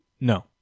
No